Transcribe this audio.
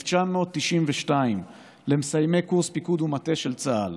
ב-1992 למסיימי קורס פיקוד ומטה של צה"ל.